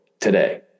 today